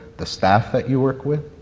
the staff that you work with,